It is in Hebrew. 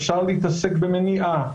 אפשר להתעסק במניעה,